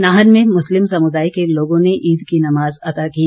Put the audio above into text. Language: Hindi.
नाहन में मुस्लिम समुदाय के लोगों ने ईद की नमाज अता दी